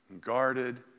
guarded